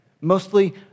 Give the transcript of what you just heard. mostly